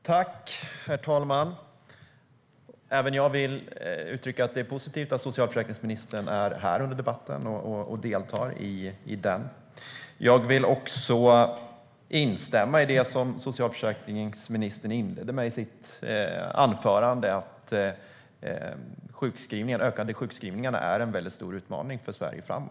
Herr talman! Även jag vill uttrycka att det är positivt att socialförsäkringsministern deltar i debatten. Jag vill också instämma i det som socialförsäkringsministern inledde med i sitt anförande, att de ökade sjukskrivningarna är en väldigt stor utmaning för Sverige framöver.